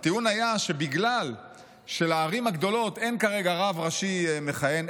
הטיעון היה שלערים הגדולות אין כרגע רב ראשי מכהן,